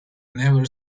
never